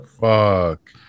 Fuck